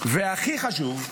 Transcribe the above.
והכי חשוב,